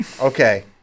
Okay